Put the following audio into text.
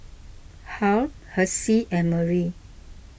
Harl Hessie and Marie